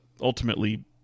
ultimately